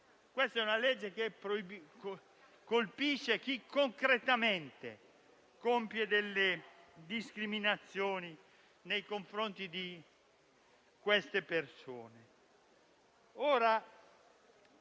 Questa è una legge che colpisce chi concretamente compie discriminazioni nei confronti di queste persone.